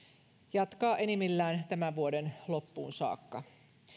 jatkaa enimmillään tämän vuoden loppuun saakka